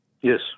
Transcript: Yes